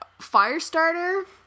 Firestarter